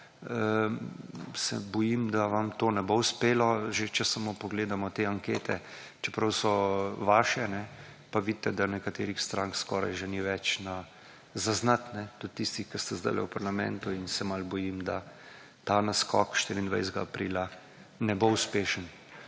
se bojim, da vam to ne bo uspelo. Že, če samo pogledamo te ankete, čeprav so vaše pa vidite, da nekaterih strank skoraj ni več zaznati tudi tisti, ki ste sedaj v parlamentu in se sedaj bojim, da ta naskok 24. aprila ne bo uspešen